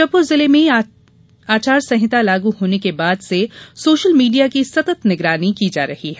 श्योपुर जिले में आचार संहिता लागू होने के बाद से सोशल मीडिया की सतत निगरानी की जा रही है